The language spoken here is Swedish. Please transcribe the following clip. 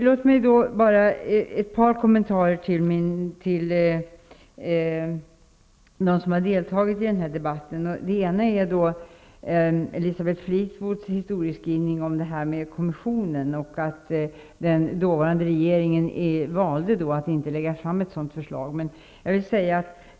Jag måste kommentera Elisabeth Fleetwoods historieskrivning om kommissionen och att den dåvarande regeringen valde att inte lägga fram ett sådant förslag.